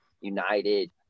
United